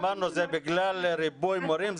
אמרנו, זה בגלל ריבוי מורים.